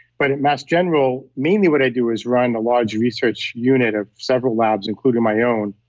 but at mass general, mainly what i do is run the large research unit of several labs including my own,